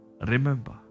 remember